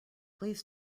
please